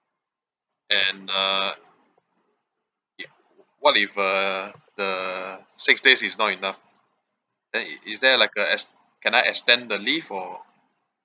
and uh if what if uh the six days is not enough then i~ is there like uh ex~ can I extend the leave or